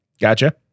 Gotcha